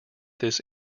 this